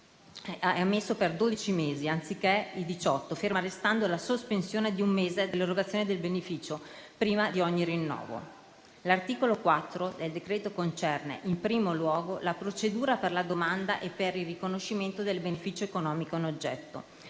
il rinnovo è ammesso per dodici mesi (anziché diciotto), ferma restando la sospensione di un mese dell'erogazione del beneficio prima di ogni rinnovo. L'articolo 4 del decreto concerne in primo luogo la procedura per la domanda e per il riconoscimento del beneficio economico in oggetto.